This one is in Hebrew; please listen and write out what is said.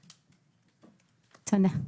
תודה.